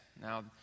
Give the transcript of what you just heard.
now